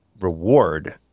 reward